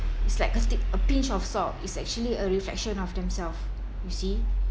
it's like a t~ a pinch of salt is actually a reflection of themselves you see